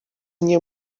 nie